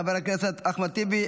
חבר הכנסת אחמד טיבי,